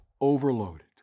overloaded